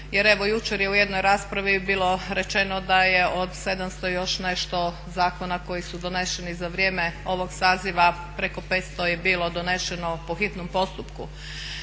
jer evo jučer je u jednoj raspravi bilo rečeno da je od 700 i još nešto zakona koji su doneseni za vrijeme ovog saziva preko 500 je bilo doneseno po hitnom postupku.